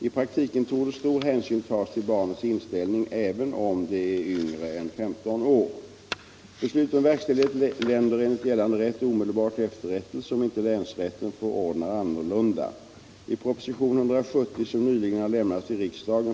I praktiken torde stor hänsyn tas till barnets inställning, även om det är yngre än 15 år.